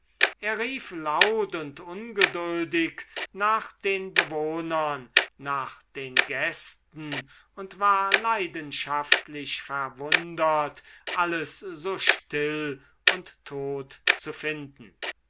er rief laut und ungeduldig nach den bewohnern nach den gästen und war leidenschaftlich verwundert alles so still und tot zu finden